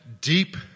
deep